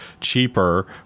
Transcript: cheaper